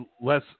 less